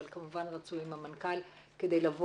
אבל כמובן רצוי עם המנכ"ל כדי לבוא